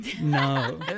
No